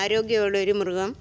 ആരോഗ്യമുള്ളൊരു മൃഗം